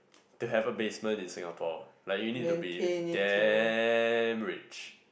to have a basement in Singapore like you need to be damn rich